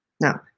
Now